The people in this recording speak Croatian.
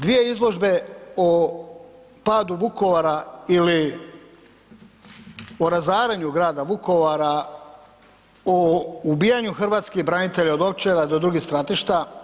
Dvije izložbe o padu Vukovara ili razaranju Grada Vukovara, o ubijanju hrvatskih branitelja od Ovčare do drugih stratišta.